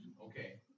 Okay